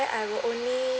I will only